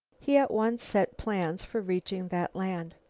he at once set plans for reaching that land.